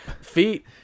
feet